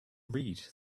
read